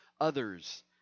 others